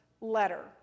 letter